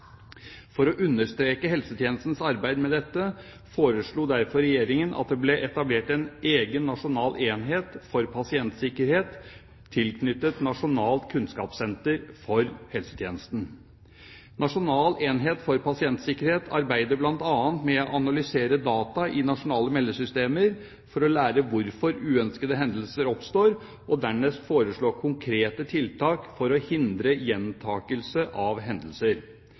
For å understøtte helsetjenestens arbeid med dette foreslo derfor Regjeringen at det ble etablert en egen nasjonal enhet for pasientsikkerhet tilknyttet Nasjonalt kunnskapssenter for helsetjenesten. Nasjonal enhet for pasientsikkerhet arbeider bl.a. med å analysere data i nasjonale meldesystemer for å lære hvorfor uønskede hendelser oppstår, og dernest foreslå konkrete tiltak for å hindre gjentakelse av hendelser.